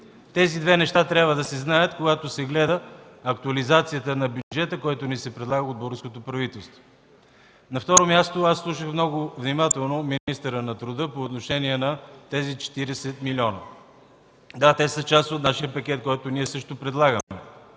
Тези две неща трябва да се знаят, когато се гледа актуализацията на бюджета, предложена ни от българското правителство. На второ място, слушах много внимателно министъра на труда по отношение на тези 40 млн. лв. Да, те също са част от пакета, който ние предлагаме.